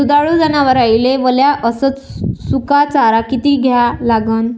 दुधाळू जनावराइले वला अस सुका चारा किती द्या लागन?